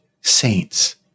saints